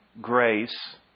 grace